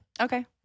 okay